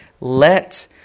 let